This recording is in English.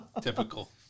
Typical